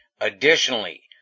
Additionally